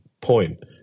point